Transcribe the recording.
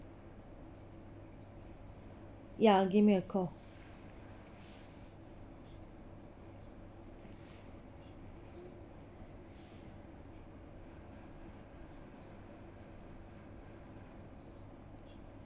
ya give me a call